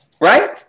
Right